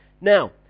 Now